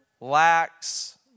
lacks